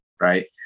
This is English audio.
right